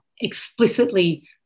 explicitly